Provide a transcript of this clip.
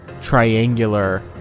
triangular